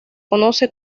conoce